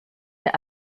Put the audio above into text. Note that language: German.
der